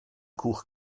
cwch